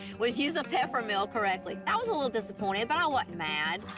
was use a pepper mill correctly. i was a little disappointed, but i wasn't mad.